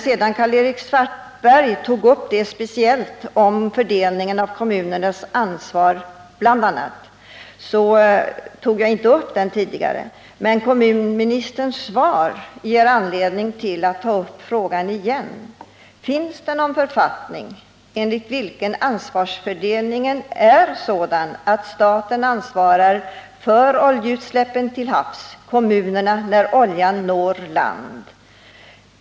Karl-Erik Svartberg tog bl.a. speciellt upp frågan om fördelningen av kommunernas ansvar, och därför gick jag inte in på den. Kommunministerns svar ger mig dock anledning att ta upp frågan igen. Finns det någon författning, enligt vilken ansvarsfördelningen är sådan att staten ansvarar för oljeutsläppen till havs, kommunerna när oljan når land?